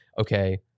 okay